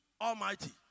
Almighty